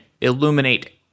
illuminate